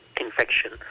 infection